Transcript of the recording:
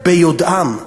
ביודעם,